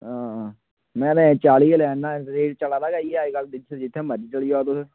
हां में ते अजें चाली गै लै ना रेट चला दा गै इ'यै अज्जकल जित्थें मरज़ी चली जाओ तुस